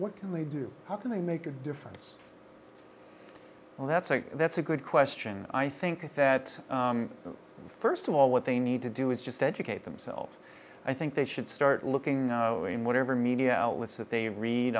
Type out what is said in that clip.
what can they do how can they make a difference well that's a that's a good question i think that first of all what they need to do is just educate themselves i think they should start looking in whatever media outlets that they read